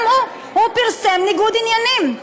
גם הוא פרסם ניגוד עניינים.